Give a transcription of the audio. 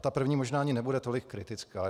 Ta první možná ani nebude tolik kritická.